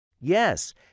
Yes